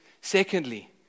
secondly